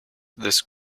this